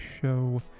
show